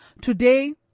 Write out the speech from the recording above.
Today